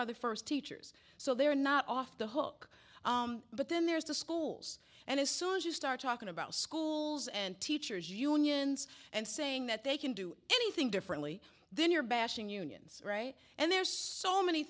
are the first teachers so they're not off the hook but then there's the schools and as soon as you start talking about schools and teachers unions and saying that they can do anything differently then you're bashing unions right and there's so many